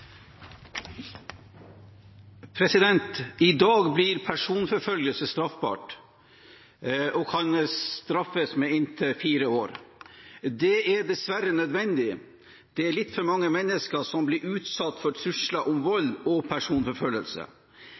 inntil fire år. Det er dessverre nødvendig. Det er litt for mange mennesker som blir utsatt for trusler om vold og personforfølgelse.